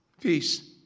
peace